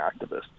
activists